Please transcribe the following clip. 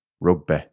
Rugby